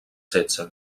setze